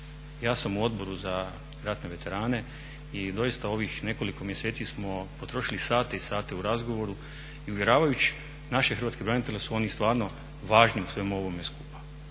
Ja sam u Odboru za ratne veterane i doista ovih nekoliko mjeseci smo potrošili sate i sate u razgovarajući uvjeravajući naše hrvatske branitelje da su oni stvarno važni u svemu ovome skupa.